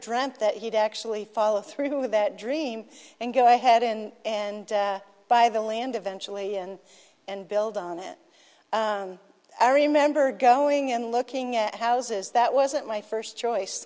dreamt that he'd actually follow through with that dream and go ahead in and buy the land eventually and and build on it i remember going and looking at houses that wasn't my first choice